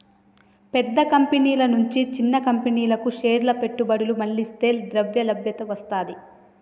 పెద్ద కంపెనీల నుంచి చిన్న కంపెనీలకు షేర్ల పెట్టుబడులు మళ్లిస్తే ద్రవ్యలభ్యత వత్తది